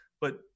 but-